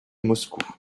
moscou